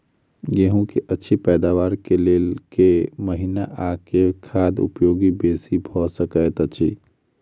गेंहूँ की अछि पैदावार केँ लेल केँ महीना आ केँ खाद उपयोगी बेसी भऽ सकैत अछि?